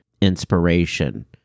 inspiration